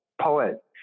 poet